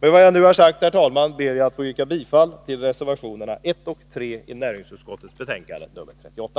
Med vad jag nu har sagt ber jag, herr talman, att yrka bifall till reservationerna 1 och 3 vid näringsutskottets betänkande nr 38.